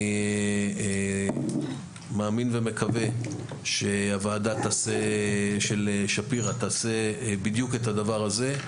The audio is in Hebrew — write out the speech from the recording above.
אני מאמין ומקווה שהוועדה של שפירא תעשה בדיוק את הדבר הזה,